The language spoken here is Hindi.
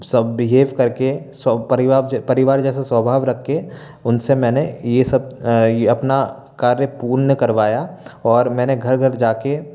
सब बिहेव करके सब परिवार परिवार जैसे स्वभाव रख के उनसे मैंने ये सब अपना कार्य पूर्ण करवाया और मैंने घर घर जाके